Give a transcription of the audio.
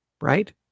right